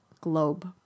globe